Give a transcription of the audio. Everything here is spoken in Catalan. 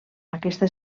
aquesta